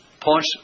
points